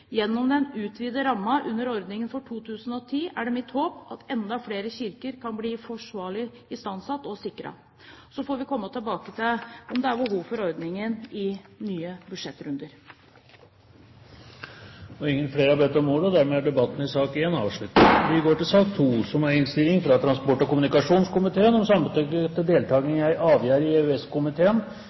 Gjennom den utvidede rammen under ordningen for 2010 er det mitt håp at enda flere kirker kan bli forsvarlig istandsatt og sikret. Så får vi komme tilbake til behovet for ordningen, i nye budsjettrunder. Flere har ikke bedt om ordet til sak nr. 1. Hovudføremålet med ISA-programmet er, som det òg har vore for dei føregåande programma, å styrkje felleseuropeiske elektroniske offentlege tenester og infrastruktur. Norsk deltaking